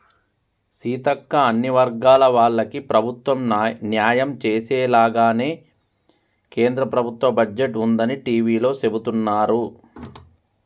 సీతక్క అన్ని వర్గాల వాళ్లకి ప్రభుత్వం న్యాయం చేసేలాగానే కేంద్ర ప్రభుత్వ బడ్జెట్ ఉందని టివీలో సెబుతున్నారు